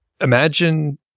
imagine